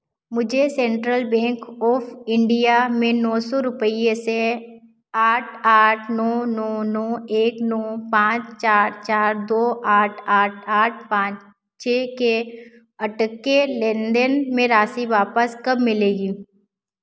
मुझे central bank of India में नो सौ रुपये से आठ आठ नो नो नो एक नो पाँच चार चार दो आठ आठ आठ पाँच छः के अटके लेन देन में राशि वापस कब मिलेगी